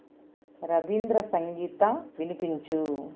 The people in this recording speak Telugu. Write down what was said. రబీంద్ర సంగీత వినిపించు